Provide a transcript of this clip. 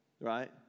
Right